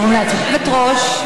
היושבת-ראש,